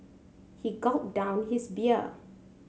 he gulped down his beer